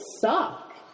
suck